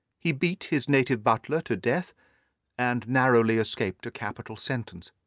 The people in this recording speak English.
he beat his native butler to death and narrowly escaped a capital sentence.